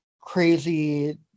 crazy